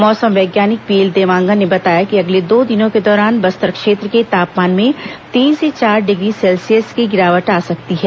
मौसम वैज्ञानिक पीएल देवांगन ने बताया कि अगले दो दिनों के दौरान बस्तर क्षेत्र के तापमान में तीन से चार डिग्री सेल्सियस कीं गिरावट आ सकती है